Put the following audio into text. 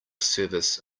service